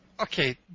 Okay